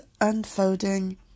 unfolding